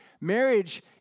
Marriage